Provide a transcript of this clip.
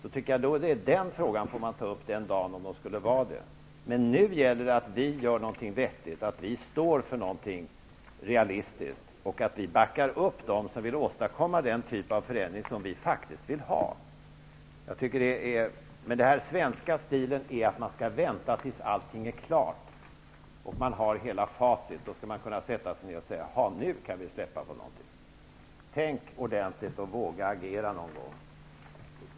I så fall får man, tycker jag, ta upp den frågan den dagen de är det. Men nu gäller det för oss att göra någonting vettigt, att stå för någonting realistiskt och att backa upp dem som vill åstadkomma den typ av förändring som vi faktiskt vill ha. Men den svenska stilen är att man skall vänta tills allting är klart och man har hela facit. Då kan man säga: Ja, nu kan vi släppa på sanktionerna. Tänk ordentligt och våga agera någon gång!